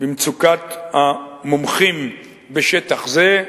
במצוקת המומחים בשטח זה,